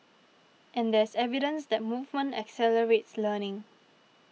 and there's evidence that movement accelerates learning